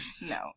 No